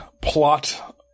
plot